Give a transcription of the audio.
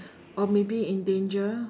or maybe in danger